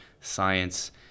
science